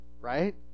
right